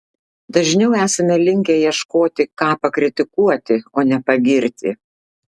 dažniau esame linkę ieškoti ką pakritikuoti o ne pagirti